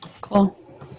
Cool